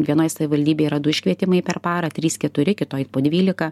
vienoj savivaldybėj yra du iškvietimai per parą trys keturi kitoj po dvylika